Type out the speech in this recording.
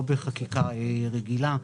לא בחקיקה רגילה.